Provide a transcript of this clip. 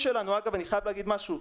אגב, אני חייב להגיד משהו,